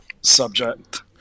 subject